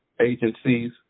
agencies